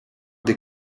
des